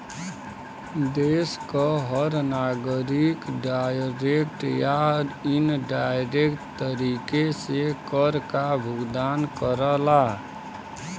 देश क हर नागरिक डायरेक्ट या इनडायरेक्ट तरीके से कर काभुगतान करला